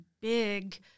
big